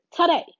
today